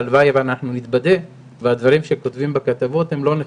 והלוואי ונתבדה והדברים האלה לא נכונים.